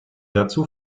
dazu